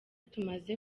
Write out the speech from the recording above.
tumaze